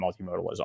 multimodalism